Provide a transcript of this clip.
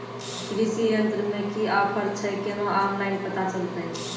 कृषि यंत्र मे की ऑफर छै केना ऑनलाइन पता चलतै?